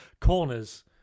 Corners